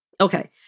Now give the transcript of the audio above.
Okay